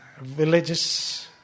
villages